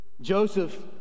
Joseph